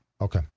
Okay